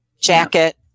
jacket